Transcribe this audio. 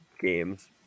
games